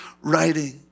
writing